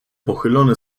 pochylone